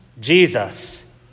Jesus